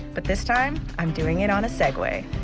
but this time, i'm doing it on a segway.